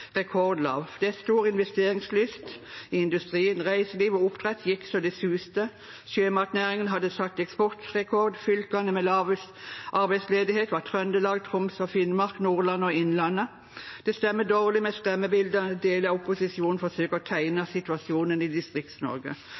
rekordlav. Det var stor investeringslyst i industrien, reiseliv og oppdrett gikk så det suste, sjømatnæringen hadde satt eksportrekord, og fylkene med lavest arbeidsledighet var Trøndelag, Troms og Finnmark, Nordland og Innlandet. Det stemmer dårlig med skremmebildet deler av opposisjonen forsøker å tegne av situasjonen i